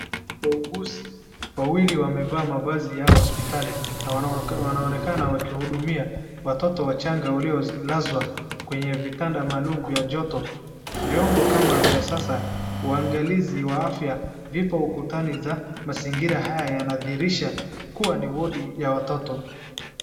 Wauguzi wawili wamevaa mavazi yao hospitali na wanaonekana wakihudumia watoto wachanga waliolazwa kwenye vitanda maalum vya joto. Vyombo kama vya sasa uangalizi wa afya zipo ukutani za mazingira haya yanadhihirisha kuwa ni wodi ya watoto.